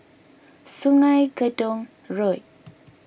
Sungei Gedong Road